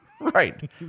right